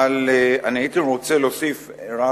אבל הייתי רוצה להוסיף רק